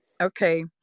okay